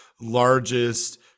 largest